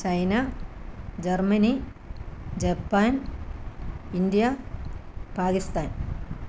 China Germany Japan India Pakistan